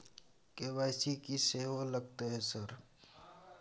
KYC की सेहो लगतै है सर?